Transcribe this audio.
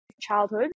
childhood